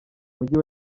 mujyi